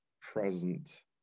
present